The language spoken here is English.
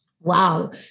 Wow